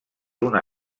una